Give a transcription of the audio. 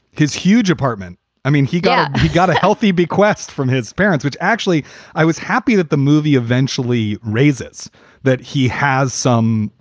his huge apartment i mean, he got he got a healthy bequest from his parents, which actually i was happy that the movie eventually raises that he has some,